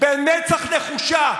במצח נחושה.